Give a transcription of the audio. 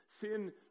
Sin